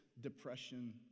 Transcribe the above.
depression